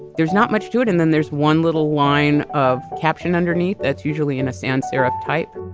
there's not much to it. and then there's one little line of caption underneath that's usually in a sans serif type.